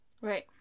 Right